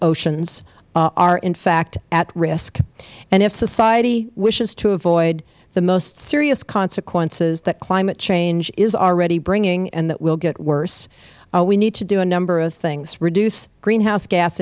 oceans are in fact at risk and if society wishes to avoid the most serious consequences that climate change is already bringing and that will get worse we need to do a number of things reduce greenhouse gas